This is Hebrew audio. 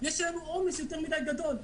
יש עלינו עומס יותר מדי גדול.